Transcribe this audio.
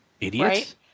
idiots